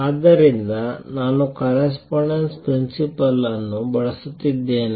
ಆದ್ದರಿಂದ ನಾನು correspondence principle ಅನ್ನು ಬಳಸುತ್ತಿದ್ದೇನೆ